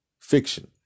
fiction